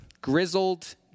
grizzled